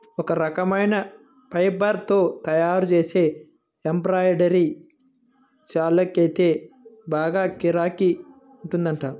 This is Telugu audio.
ఒక రకమైన ఫైబర్ తో తయ్యారుజేసే ఎంబ్రాయిడరీ శాల్వాకైతే బాగా గిరాకీ ఉందంట